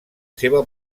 seva